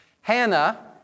Hannah